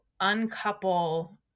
uncouple